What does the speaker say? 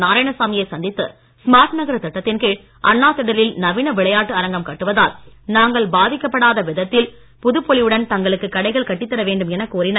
நாராயணசாமியை சந்தித்து ஸ்மார்ட் நகர திட்டத்தின் கீழ் அண்ணா திடலில் நவீன விளையாட்டு அரங்கம் கட்டுவதால் தாங்கள் பாதிக்கப்படாத விதத்தில் புதுப்பொலிவுடன் தங்களுக்கு கடைகள் கட்டித்தரவேண்டும் என கோரினர்